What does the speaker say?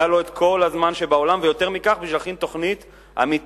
היה לו כל הזמן שבעולם ויותר מכך בשביל להכין תוכנית אמיתית,